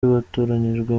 batoranyijwe